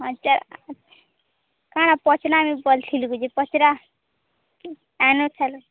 ଆଚ୍ଛା କାଁଣ ପଚାରାଲୁ ନି ପଡ଼ିଥିଲୁ କି ଯେ ପଚରା ଆନୁ ଚାଲୁ